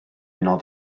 unol